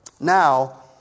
Now